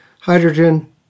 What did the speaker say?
hydrogen